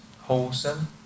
wholesome